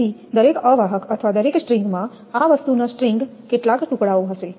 તેથી દરેક અવાહક અથવા દરેક સ્ટ્રિંગ માં આ વસ્તુના સ્ટ્રિંગ કેટલાક ટુકડાઓ હશે